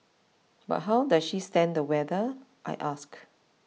but how does she stand the weather I ask